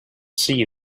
see